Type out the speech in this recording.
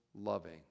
loving